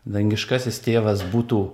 dangiškasis tėvas būtų